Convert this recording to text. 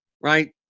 right